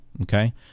Okay